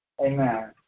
Amen